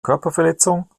körperverletzung